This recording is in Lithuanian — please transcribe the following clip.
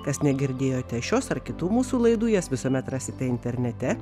kas negirdėjote šios ar kitų mūsų laidų jas visuomet rasite internete